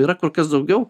yra kur kas daugiau